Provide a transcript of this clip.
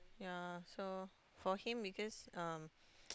ya so for him because um